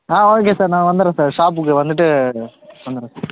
ஆ okay sir நான் வந்துர்றேன் sir ஷாப்புக்கு வந்துட்டு வந்துர்றேன் சார்